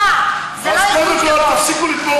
טוב, חברי הכנסת ביטן וברקו,